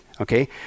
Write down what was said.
okay